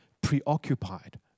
preoccupied